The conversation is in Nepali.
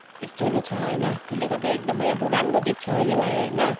यस्तोहरू छ होइन त्यसले गर्दा एकदमै अब राम्रो देख्छ यसलाई होइन